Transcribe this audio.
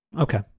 okay